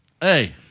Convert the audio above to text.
Hey